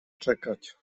czekać